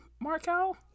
Markel